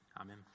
Amen